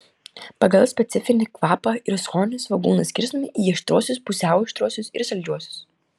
pagal specifinį kvapą ir skonį svogūnai skirstomi į aštriuosius pusiau aštriuosius ir saldžiuosius